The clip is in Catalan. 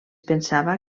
pensava